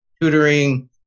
Tutoring